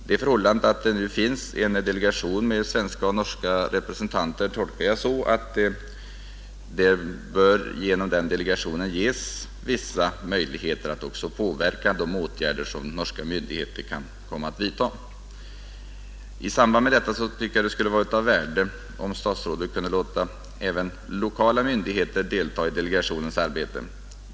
Det förhållandet att det finns en delegation med svenska och norska representanter tolkar jag så, att det genom den delegationen bör ges vissa möjligheter att också påverka de åtgärder som norska myndigheter kan komma att vidta. I samband med detta tycker jag det skulle vara av värde om statsrådet kunde låta även lokala myndigheter delta i delegationens arbete.